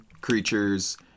creatures